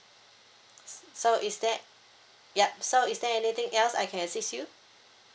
so is there yup so is there anything else I can assist you